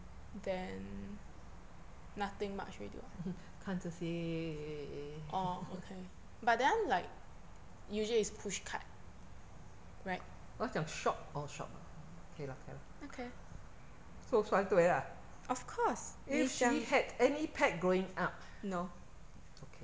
看这些 我要讲 shop orh shop ah 可以啦可以啦 so 算对了 if she had any pet growing up okay